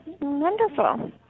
Wonderful